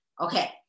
Okay